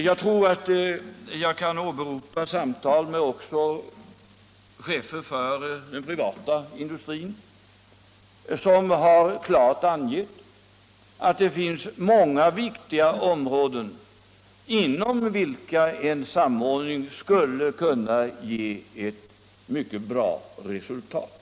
Jag tror mig också kunna åberopa samtal med chefer för den privata industrin som har klart uttalat att det finns många viktiga områden inom vilka en samordning skulle kunna ge mycket bra resultat.